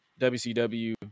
WCW